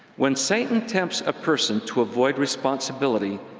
when satan tempts a person to avoid responsibility,